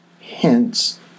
Hence